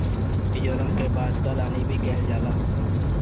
मिजोरम के बांस कअ रानी भी कहल जाला